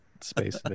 space